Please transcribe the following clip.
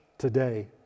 today